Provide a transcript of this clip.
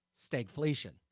stagflation